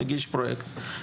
מגיש פרוייקט,